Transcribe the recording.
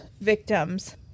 victims